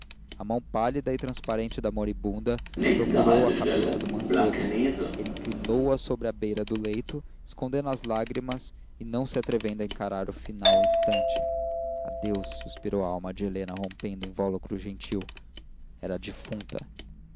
a mão pálida e transparente da moribunda procurou a cabeça do mancebo ele inclinou a sobre a beira do leito escondendo as lágrimas e não se atrevendo a encarar o final instante adeus suspirou a alma de helena rompendo o invólucro gentil era defunta